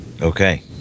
Okay